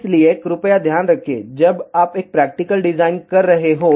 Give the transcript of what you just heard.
इसलिए कृपया ध्यान रखें जब आप एक प्रैक्टिकल डिजाइन कर रहे हों